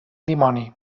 dimoni